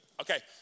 Okay